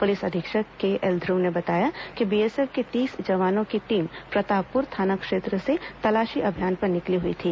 police अधीक्षक K L ने बताया कि बीएसएफ के तीस जवानों की टीम प्रतापपुर थाना क्षेत्र से तलाशी अभियान पर निकली हुई थी